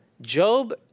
Job